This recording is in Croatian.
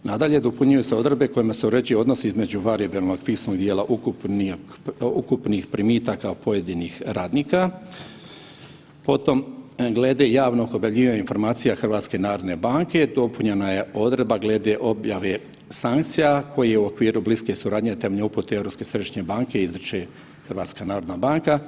Nadalje, dopunjuju se odredbe kojima se uređuju odnosi između varijabilnog fiksnog dijela ukupnih primitaka pojedinih radnika, potom glede javnog objavljivanja informacija HNB-a dopunjena je odredba glede objave sankcija koji je u okviru bliske suradnje temelj upute Europske središnje banke izriče HNB.